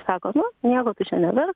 sako nu nieko tu čia neverk